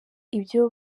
ibyo